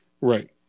Right